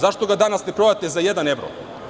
Zašto ga danas ne prodate za jedan evro?